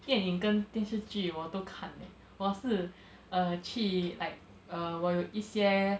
电影跟电视剧我都看 eh 我是 err 去 like err 我有一些